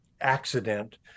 accident